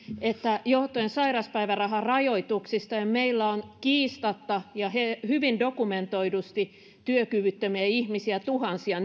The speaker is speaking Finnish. että johtuen sairauspäiväraharajoituksista meillä on kiistatta ja hyvin dokumentoidusti työkyvyttömiä ihmisiä tuhansia